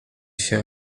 się